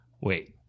Wait